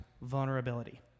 vulnerability